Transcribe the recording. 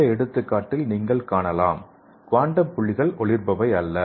இந்த எடுத்துக்காட்டில் நீங்கள் காணலாம் குவாண்டம் புள்ளிகள் ஒளிர் பவை அல்ல